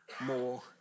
more